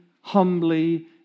humbly